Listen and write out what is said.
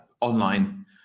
online